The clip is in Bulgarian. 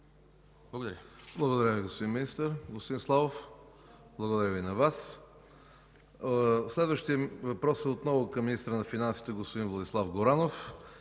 Благодаря Ви, господин Министър. Господин Славов? Благодаря и на Вас. Следващият въпрос е отново към министъра на финансите –господин Владислав Горанов.